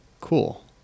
Cool